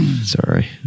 Sorry